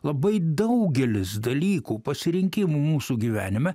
labai daugelis dalykų pasirinkimų mūsų gyvenime